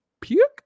puke